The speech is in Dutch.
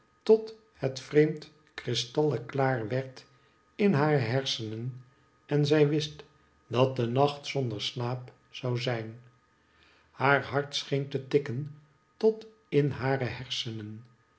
tot het vreemd kristalleklaar werd in hare hersenen en zij wist dat de nacht zonder slaap zou zijn haar hart scheen te tikken tot in hare hersenen